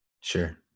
Sure